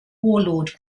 warlord